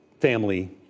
family